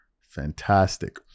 fantastic